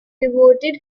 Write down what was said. devoted